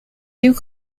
duke